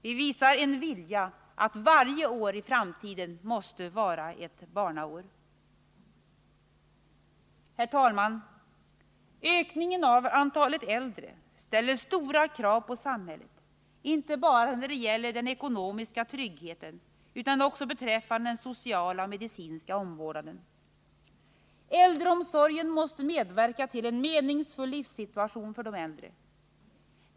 Det visar en vilja att varje år i framtiden måste vara ett barnår. Herr talman! Ökningen av antalet äldre ställer stora krav på samhället inte bara när det gäller den ekonomiska tryggheten utan också beträffande den sociala och medicinska omvårdnaden. Äldreomsorgen måste medverka till en meningsfull livssituation för de äldre.